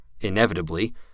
inevitably